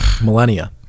millennia